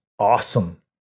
awesome